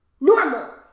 normal